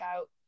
out